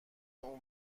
اون